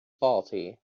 faulty